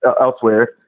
elsewhere